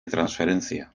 transferencia